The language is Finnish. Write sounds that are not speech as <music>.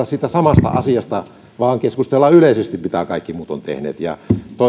<unintelligible> siitä samasta asiasta vaan keskustellaan yleisesti mitä kaikki muut on tehneet niin